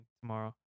tomorrow